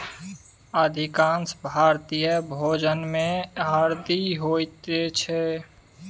अधिकांश भारतीय भोजनमे हरदि होइत छै